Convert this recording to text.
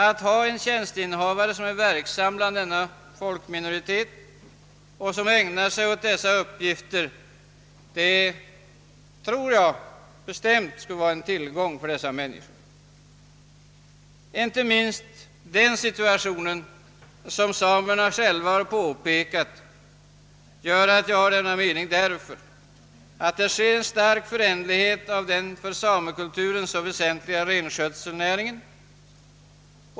Att ha en tjänsteinnehavare som är verksam inom denna folkminoritet och ägnar sig åt dessa uppgifter tror jag bestämt skulle vara en tillgång för dessa människor. Jag grundar denna mening inte minst på att samerna själva har påpekat att det sker en stark förändring inom den för samekulturen så väsentliga renskötselnäringen.